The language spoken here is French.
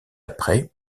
après